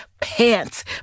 pants